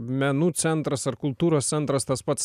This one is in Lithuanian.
menų centras ar kultūros centras tas pats